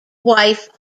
wife